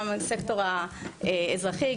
גם לסקטור האזרחי,